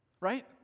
Right